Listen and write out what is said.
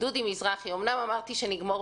דודי מזרחי, אני נותנת לך